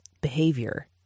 behavior